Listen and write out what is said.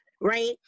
right